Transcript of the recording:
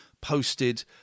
posted